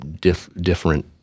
different